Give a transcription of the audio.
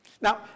Now